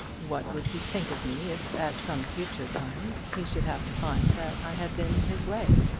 what would he think of me if, at some future time, he should have to find that i had been in his way?